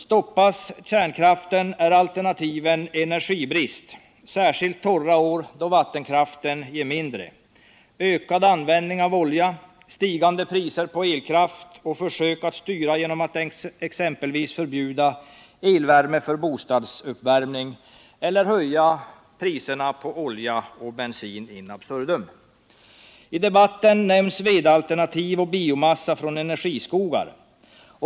Stoppas kärnkraften är alternativen energibrist — särskilt torra år då vattenkraften ger mindre —, ökning av användningen av olja, prisstegringar på elkraft, försök att styra genom att exempelvis förbjuda elvärme för bostadsuppvärmning samt höjning av priserna på olja och bensin in absurdum. I debatten nämns vedalternativ och biomassa från energiskogar.